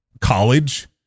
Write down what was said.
college